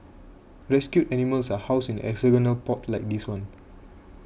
rescued animals are housed in hexagonal pods like this one